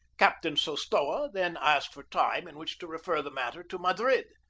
captain sostoa then asked for time in which to refer the matter to madrid,